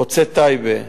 חוצה-טייבה.